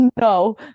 No